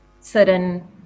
certain